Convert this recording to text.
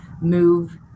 move